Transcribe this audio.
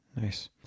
Nice